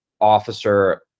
officer